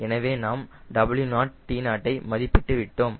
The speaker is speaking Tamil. எனவே நாம் T0 ஐ மதிப்பிட்டு விட்டோம்